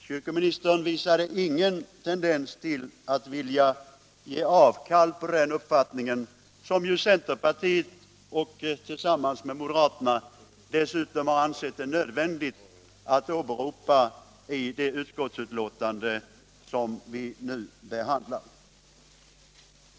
Kyrkoministern visade ingen tendens till att ge avkall på den uppfattningen, som ju centerpartiet tillsammans med moderaterna dessutom har ansett det nödvändigt att åberopa i det utskottsbetänkande som vi nu behandlar.